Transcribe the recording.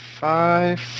five